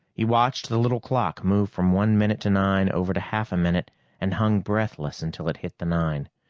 he watched the little clock move from one minute to nine over to half a minute and hung breathless until it hit the nine.